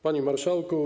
Panie Marszałku!